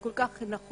בתפקיד כל כך חשוב.